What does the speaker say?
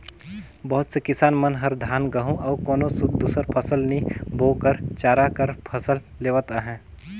बहुत से किसान मन हर धान, गहूँ अउ कोनो दुसर फसल नी बो कर चारा कर फसल लेवत अहे